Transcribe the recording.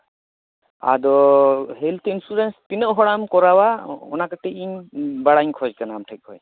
ᱟᱫᱚ health insurance ᱛᱤᱱᱟᱹᱜ ᱦᱚᱲᱟᱜ ᱮᱢ ᱠᱚᱨᱟᱣᱟ ᱚᱱᱟ ᱠᱟᱹᱴᱤᱡ ᱤᱧ ᱵᱟᱲᱟᱭᱤᱧ ᱠᱷᱚᱡᱽ ᱠᱟᱱᱟ ᱟᱢ ᱴᱷᱮᱱ ᱠᱷᱚᱱ